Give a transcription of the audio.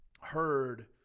heard